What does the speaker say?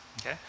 okay